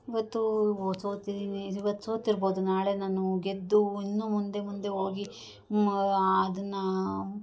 ಇವತ್ತು ಓ ಸೋತಿದ್ದಿನಿ ಇವತ್ತು ಸೋತಿರ್ಬೋದು ನಾಳೆ ನಾನು ಗೆದ್ದು ಇನ್ನು ಮುಂದೆ ಮುಂದೆ ಹೋಗಿ ಅದನ್ನು